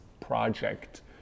project